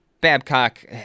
Babcock